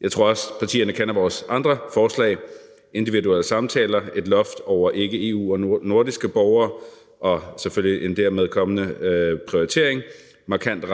Jeg tror også, at partierne kender vores andre forslag: individuelle samtaler, et loft over ikke-EU-borgere og ikkenordiske borgere og selvfølgelig dermed en kommende prioritering, markant